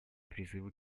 призывы